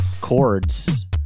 chords